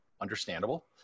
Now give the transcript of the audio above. understandable